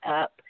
up